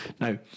Now